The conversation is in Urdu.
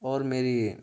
اور میری